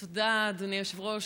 תודה, אדוני היושב-ראש.